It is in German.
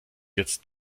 jetzt